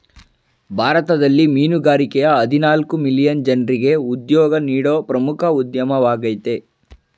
ಭಾರತದಲ್ಲಿ ಮೀನುಗಾರಿಕೆಯ ಹದಿನಾಲ್ಕು ಮಿಲಿಯನ್ ಜನ್ರಿಗೆ ಉದ್ಯೋಗ ನೀಡೋ ಪ್ರಮುಖ ಉದ್ಯಮವಾಗಯ್ತೆ